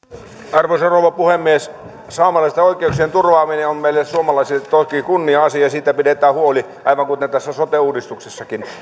arvoisa rouva puhemies saamelaisten oikeuksien turvaaminen on meille suomalaisille toki kunnia asia ja siitä pidetään huoli aivan kuten tässä sote uudistuksessakin